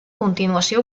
continuació